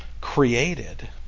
created